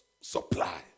supply